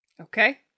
Okay